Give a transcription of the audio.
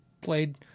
played